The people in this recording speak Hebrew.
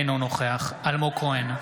אינו נוכח אלמוג כהן,